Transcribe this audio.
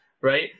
right